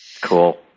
Cool